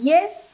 Yes